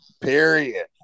period